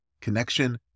Connection